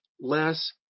less